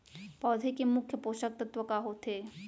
पौधे के मुख्य पोसक तत्व का होथे?